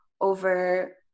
over